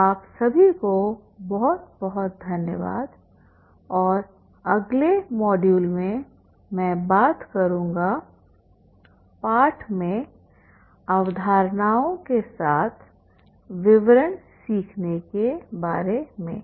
आप सभी को बहुत बहुत धन्यवाद और अगले मॉड्यूल में मैं बात करूंगा पाठ में अवधारणाओं के साथ विवरण सीखने के बारे में